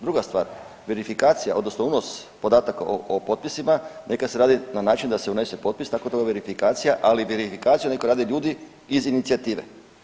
Druga stvar, verifikacija odnosno unos podataka o potpisima neka se radi na način da se unese potpis tako da …/nerazumljivo/… verifikacija, ali verifikaciju neka rade ljudi iz inicijative.